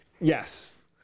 yes